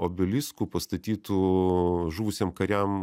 obeliskų pastatytų žuvusiem kariam